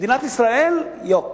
מדינת ישראל, יוק,